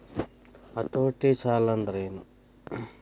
ಹತೋಟಿ ಸಾಲಾಂದ್ರೆನ್?